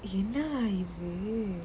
என்னாலா இதுennalaa ithu